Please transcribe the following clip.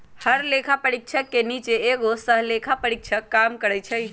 हर लेखा परीक्षक के नीचे एगो सहलेखा परीक्षक काम करई छई